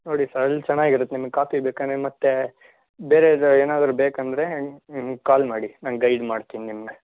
ನೋಡಿ ಸರ್ ಅಲ್ಲಿ ಚೆನ್ನಾಗಿರುತ್ತೆ ಕಾಫಿ ಬೇಕಂದರೆ ಮತ್ತೆ ಬೇರೆದು ಏನಾದರೂ ಬೇಕಂದರೆ ನಂಗೆ ಕಾಲ್ ಮಾಡಿ ನಾನು ಗೈಡ್ ಮಾಡ್ತೀನಿ ನಿಮಗೆ